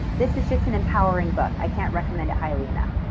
this is just an empowering book. i can't recommend it highly enough.